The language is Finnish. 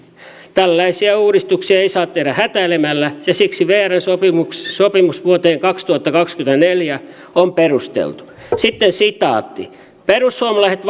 tällaisia uudistuksia ei saa tehdä hätäilemällä ja siksi vrn sopimus sopimus vuoteen kaksituhattakaksikymmentäneljä on perusteltu sitten sitaatti perussuomalaiset